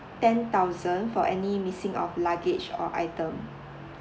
ten thousand for any missing of luggage or item